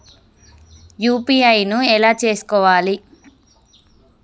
UPI ను ఎలా చేస్కోవాలి?